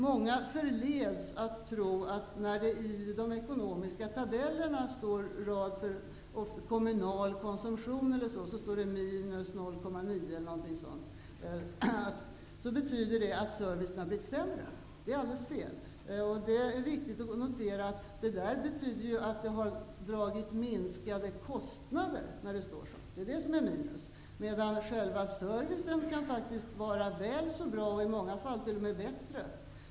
Många förleds att tro att det när det i de ekonomiska tabellerna står exempelvis minus 0,9 på raden för kommunal konsumtion betyder att servicen har blivit sämre. Det är alldeles fel. Det är viktigt att notera att det betyder att verksamheten har dragit minskade kostnader. Själva servicen kan faktiskt vara väl så bra, i många fall t.o.m. bättre.